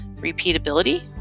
Repeatability